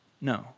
no